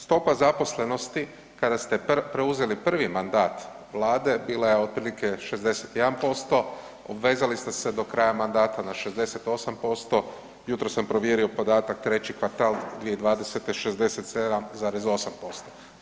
Stopa zaposlenosti kada ste preuzeli prvi mandat vlade bila je otprilike 61%, obvezali ste se do kraja mandata na 68%, jutros sam provjerio podatak, treći kvartal 2020. 67,8%